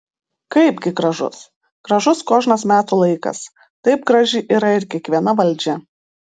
kaipgi gražus gražus kožnas metų laikas taip graži yra ir kiekviena valdžia